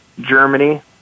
Germany